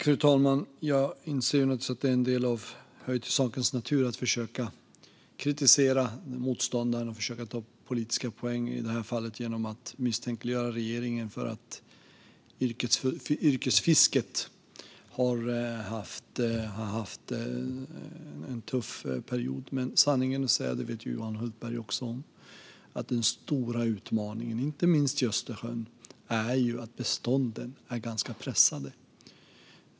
Fru talman! Jag inser naturligtvis att det hör till sakens natur att försöka kritisera motståndaren och ta politiska poänger, i det här fallet genom att misstänkliggöra regeringen för att yrkesfisket har haft en tuff period. Men sanningen är - och det vet Johan Hultberg om - att den stora utmaningen inte minst i Östersjön är att bestånden är ganska pressade.